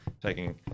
taking